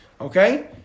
Okay